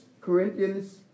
Corinthians